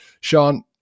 Sean